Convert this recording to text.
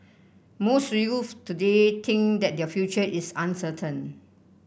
most youths today think that their future is uncertain